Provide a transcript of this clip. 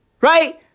Right